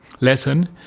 lesson